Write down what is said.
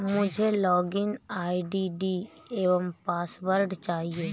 मुझें login ID एवं password चाहिए